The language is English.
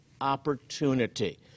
opportunity